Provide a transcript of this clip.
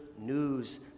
news